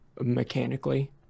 Mechanically